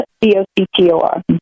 D-O-C-T-O-R